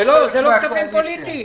זה לא כספים פוליטיים.